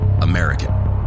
American